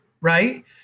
Right